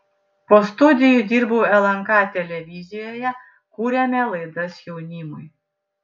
po studijų dirbau lnk televizijoje kūrėme laidas jaunimui